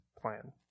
plan